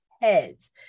heads